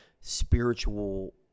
spiritual